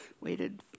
waited